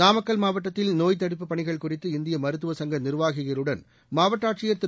நாமக்கல் மாவட்டத்தில் நோய்த் தடுப்புப் பணிகள் குறித்து இந்திய மருத்துவ சங்க நிர்வாகிகளுடன் மாவட்ட ஆட்சியர் திரு